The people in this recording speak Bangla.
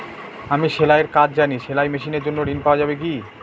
আমি সেলাই এর কাজ জানি সেলাই মেশিনের জন্য ঋণ পাওয়া যাবে কি?